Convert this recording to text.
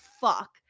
fuck